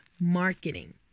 marketing